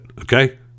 Okay